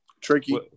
tricky